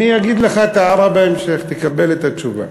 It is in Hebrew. אני אגיד לך את ההערה בהמשך, תקבל את התשובה,